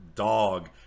dog